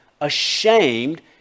ashamed